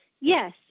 Yes